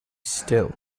still